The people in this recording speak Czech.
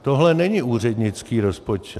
Tohle není úřednický rozpočet.